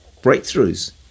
breakthroughs